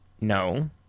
No